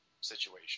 situation